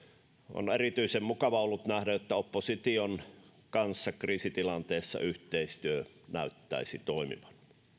on on erityisen mukava ollut nähdä että opposition kanssa kriisitilanteessa yhteistyö näyttäisi toimivan